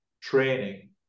training